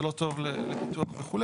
זה לא טוב לפיתוח וכו',